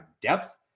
depth